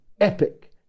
epic